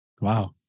Wow